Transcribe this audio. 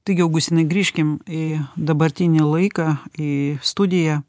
taigi augustinai grįžkim į dabartinį laiką į studiją